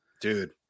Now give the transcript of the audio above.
dude